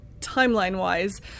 timeline-wise